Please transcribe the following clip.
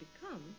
become